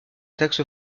taxe